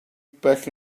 back